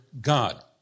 God